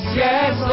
yes